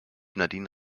nadine